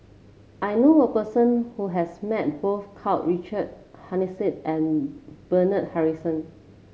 I know a person who has met both Karl Richard Hanitsch and Bernard Harrison